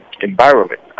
environment